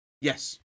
Yes